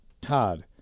Todd